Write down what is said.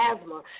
asthma